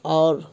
اور